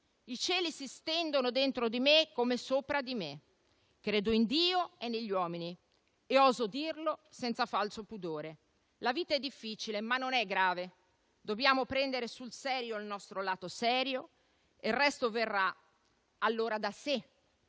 I cieli si stendono dentro di me come sopra di me. Credo in Dio e negli uomini e oso dirlo senza falso pudore. La vita è difficile, ma non è grave. Dobbiamo prendere sul serio il nostro lato serio e il resto verrà allora da sé.